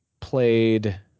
played